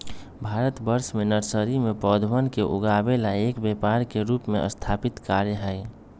भारतवर्ष में नर्सरी में पौधवन के उगावे ला एक व्यापार के रूप में स्थापित कार्य हई